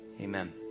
Amen